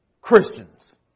Christians